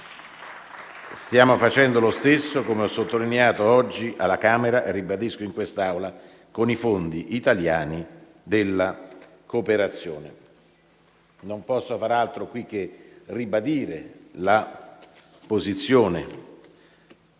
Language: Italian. Stiamo facendo lo stesso, come ho sottolineato oggi alla Camera e lo ribadisco in quest'Aula, con i fondi italiani della cooperazione. In questa sede non posso fare altro che ribadire la posizione